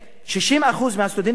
60% מהסטודנטים הערבים,